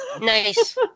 Nice